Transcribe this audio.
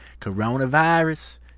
coronavirus